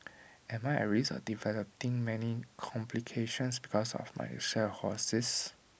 am I at risk of developing many complications because of my cirrhosis